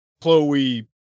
Chloe